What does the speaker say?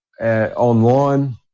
online